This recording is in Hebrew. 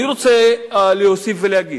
אני רוצה להוסיף ולהגיד,